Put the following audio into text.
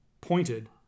pointed